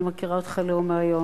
אני מכירה אותך לא מהיום.